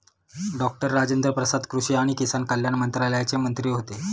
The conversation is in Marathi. डॉक्टर राजेन्द्र प्रसाद कृषी आणि किसान कल्याण मंत्रालयाचे मंत्री होते